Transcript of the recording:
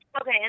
okay